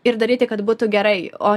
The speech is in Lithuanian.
ir daryti kad būtų gerai o